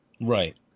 right